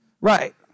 right